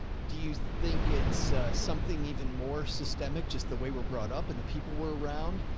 do you think it's something even more systemic? just the way we're brought up and the people we're around,